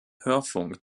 hörfunk